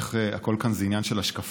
איך הכול כאן זה עניין של השקפה.